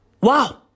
Wow